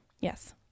Yes